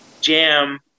jam